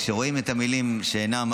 כשרואים את המילים שאינן,